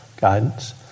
guidance